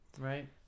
Right